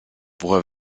woher